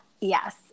yes